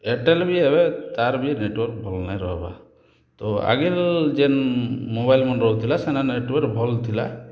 Airtel ବି ଏବେ ତାର ବି ନେଟୱାର୍କ୍ ଭଲ୍ ନାଇଁ ରହିବା ତ ଆଗେ ଯେନ୍ ମୋବାଇଲ୍ ମୋର ରହୁଥିଲା ସେନ ନେଟୱାର୍କ୍ ଭଲ ଥିଲା